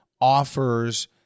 offers